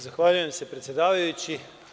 Zahvaljujem se predsedavajući.